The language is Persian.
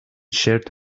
شرت